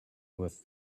with